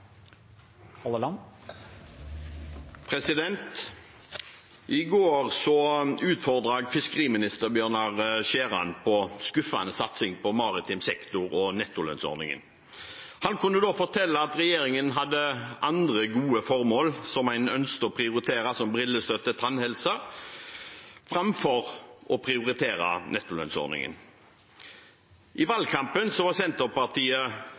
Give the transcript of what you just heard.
I går utfordret jeg fiskeriminister Bjørnar Skjæran på en skuffende satsing på maritim sektor og nettolønnsordningen. Han kunne da fortelle at regjeringen hadde andre gode formål som en ønsket å prioritere, som brillestøtte og tannhelse, framfor å prioritere nettolønnsordningen. I valgkampen var Senterpartiet